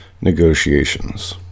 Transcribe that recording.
negotiations